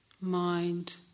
mind